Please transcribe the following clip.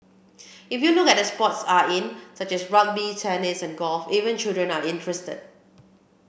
if you look at the sports are in such as rugby tennis and golf even children are interested